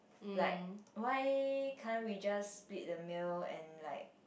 like why can't we just split the meal and like